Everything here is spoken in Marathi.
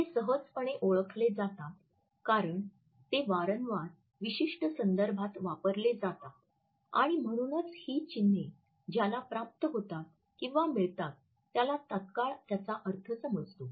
ते सहजपणे ओळखले जातात कारण ते वारंवार विशिष्ट संदर्भात वापरले जातात आणि म्हणूनच ही चिन्हे ज्याला प्राप्त होतात किंवा मिळतात त्याला तत्काळ त्यांचा अर्थ समजतो